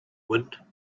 wind